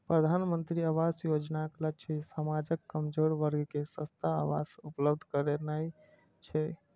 प्रधानमंत्री आवास योजनाक लक्ष्य समाजक कमजोर वर्ग कें सस्ता आवास उपलब्ध करेनाय छै